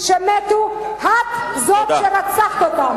רגע, אבל הוא הפריע לי.